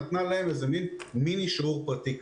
נתנה להם מיני שיעור פרטי.